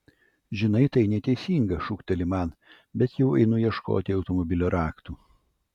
žinai tai neteisinga šūkteli man bet jau einu ieškoti automobilio raktų